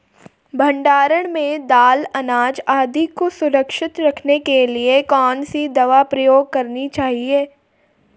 भण्डारण में दाल अनाज आदि को सुरक्षित रखने के लिए कौन सी दवा प्रयोग करनी चाहिए?